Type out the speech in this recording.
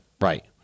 Right